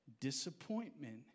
Disappointment